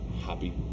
happy